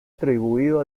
atribuido